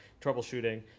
Troubleshooting